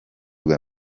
bwa